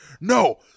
No